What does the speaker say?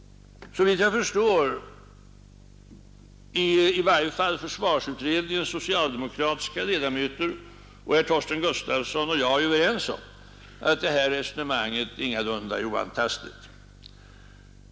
Såvitt jag förstår är i varje fall försvarsutredningens socialdemokratiska ledamöter och herr Torsten Gustafsson och jag överens om att detta resonemang ingalunda är oantastligt.